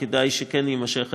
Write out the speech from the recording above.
שכדאי שכן יימשך הדיון,